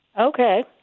Okay